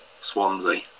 Swansea